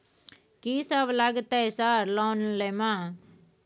कि सब लगतै सर लोन लय में?